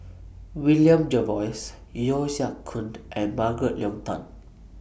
William Jervois Yeo Siak Goon and Margaret Leng Tan